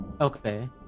Okay